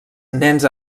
nens